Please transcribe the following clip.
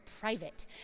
private